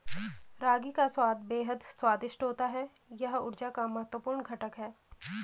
रागी का स्वाद बेहद स्वादिष्ट होता है यह ऊर्जा का महत्वपूर्ण घटक है